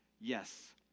yes